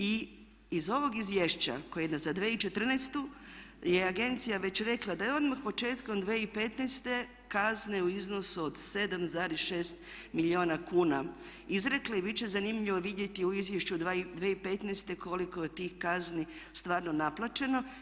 Iz ovog izvješća koje je za 2014. je agencija već rekla da je odmah početkom 2015. kazne u iznosu od 7,6 milijuna kuna izrekla i bit će zanimljivo vidjeti u Izvješću 2015. koliko je tih kazni stvarno naplaćeno.